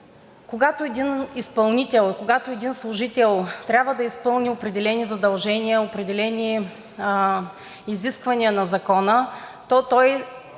когато един изпълнител, когато един служител трябва да изпълни определени задължения, определени изисквания на Закона, то той